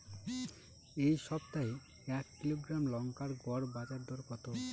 এই সপ্তাহে এক কিলোগ্রাম লঙ্কার গড় বাজার দর কত?